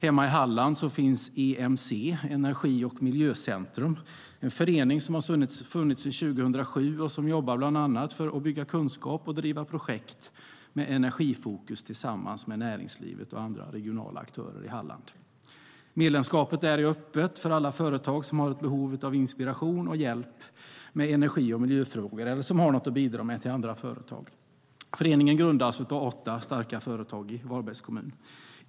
Hemma i Halland finns EMC, Energi och miljöcentrum, en förening som har funnits sedan år 2007 och som jobbar bland annat för att bygga kunskap och driva projekt med energifokus tillsammans med näringslivet och andra regionala aktörer i Halland. Medlemskap där är öppet för alla företag som har ett behov av inspiration och hjälp med energi och miljöfrågor eller som har något att bidra med till andra företag. Föreningen grundades av åtta starka företagare i Varbergs kommun.